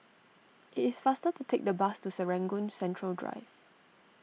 it's faster to take the bus to Serangoon Central Drive